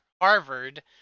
Harvard